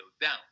down